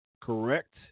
correct